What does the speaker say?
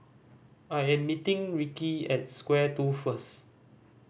I am meeting Rickey at Square Two first